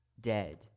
Dead